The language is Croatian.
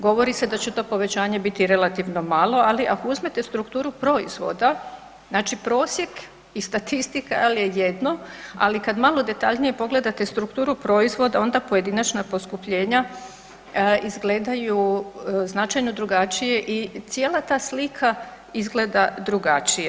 Govori se da će to povećanje biti relativno malo, ali ako uzmete strukturu proizvoda znači prosjek i statistika je jedno, ali kad malo detaljnije pogledate strukturu proizvoda onda pojedinačna poskupljenja izgledaju značajno drugačije i cijela ta slika izgleda drugačije.